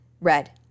Red